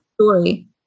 story